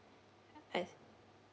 I